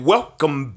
Welcome